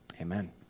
Amen